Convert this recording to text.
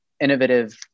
innovative